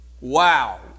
Wow